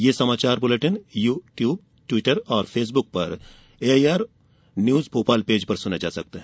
ये समाचार bulletin YouTube Twitter और फेसबुक पर एआईआर न्यूज भोपाल पेज पर सुने जा सकते हैं